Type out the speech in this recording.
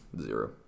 zero